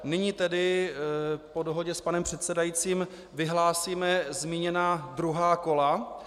Nyní po dohodě s panem předsedajícím vyhlásíme zmíněná druhá kola.